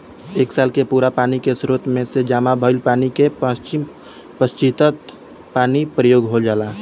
एक साल के पूरा पानी के स्रोत में से जामा भईल पानी के पच्चीस प्रतिशत पानी प्रयोग हो जाला